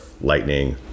lightning